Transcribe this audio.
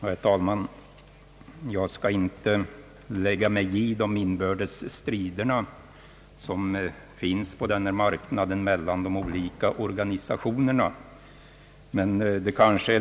Herr talman! Jag skall inte lägga mig i de inbördes strider som förs mellan de olika organisationerna på den här marknaden.